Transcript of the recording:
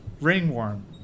Ringworm